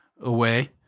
away